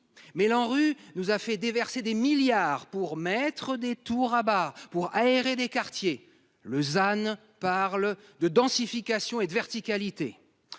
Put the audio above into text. mais l'rue nous a fait déverser des milliards pour mettre des tours Rabat pour aérer des quartiers le than parle de densification et de verticalité.